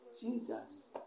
Jesus